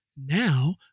Now